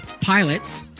pilots